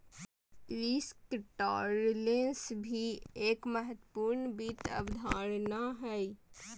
risk tolerance भी एक महत्वपूर्ण वित्त अवधारणा हय